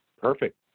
perfect